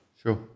Sure